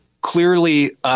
clearly